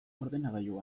ordenagailu